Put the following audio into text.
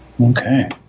okay